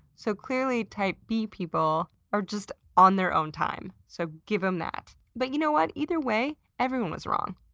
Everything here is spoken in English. so, clearly, type b people are just on their own time, so give them that. but you know what? either way, everyone was wrong.